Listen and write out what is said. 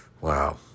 Wow